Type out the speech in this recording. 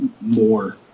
more